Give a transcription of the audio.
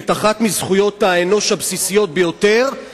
את אחת מזכויות האנוש הבסיסיות ביותר,